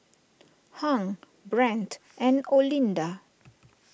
Hung Brent and Olinda